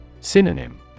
Synonym